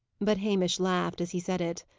but hamish laughed as he said it.